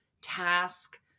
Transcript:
task